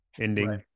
ending